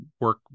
work